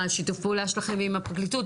ושיתוף הפעולה שלכם עם הפרקליטות?